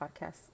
podcasts